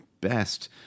best